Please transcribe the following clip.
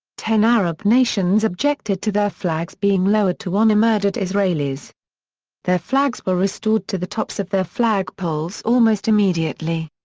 ten arab nations objected to their flags being lowered to honor murdered israelis their flags were restored to the tops of their flagpoles almost immediately.